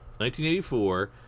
1984